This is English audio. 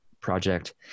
project